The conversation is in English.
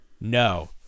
no